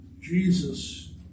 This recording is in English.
Jesus